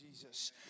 Jesus